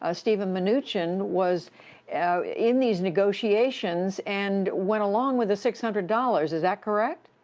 ah steven mnuchin, was in these negotiations and went along with the six hundred dollars. is that correct?